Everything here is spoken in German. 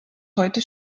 heute